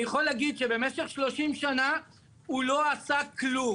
אני יכול להגיד שבמשך 30 שנה הוא לא עשה כלום.